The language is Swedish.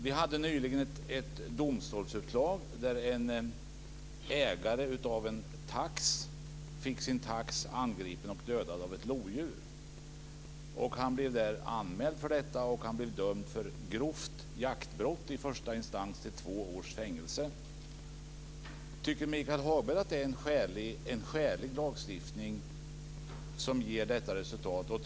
Vi fick nyligen ett domstolsutslag som gällde ägaren av en tax. Taxen blev angripen och dödad av ett lodjur, och ägaren blev anmäld för detta. Han blev i första instans dömd till två års fängelse för grovt jaktbrott. Tycker Michael Hagberg att en lagstiftning som ger detta resultat är skälig?